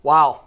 Wow